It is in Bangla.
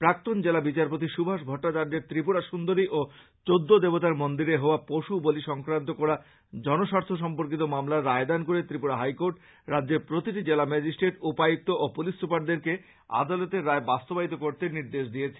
প্রাক্তন জেলা বিচারপতি সুভাষ ভট্টাচার্যের ত্রিপুরা সুন্দরী ও চৌদ্দ দেবতার মন্দিরে হওয়া পশু বলি সংক্রান্ত করা জন স্বার্থ সর্ম্পকিত মামলার রায় দান করে ত্রিপুরা হাইর্কোট রাজ্যের প্রতিটি জেলা ম্যাজিষ্ট্রেট উপায়ুক্ত ও পুলিশ সুপারদেরকে আদালতের রায় বাস্তবায়িত করতে নির্দেশ দিয়েছে